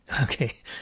Okay